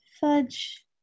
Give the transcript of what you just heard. Fudge